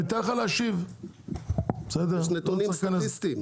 יש נתונים סטטיסטיים.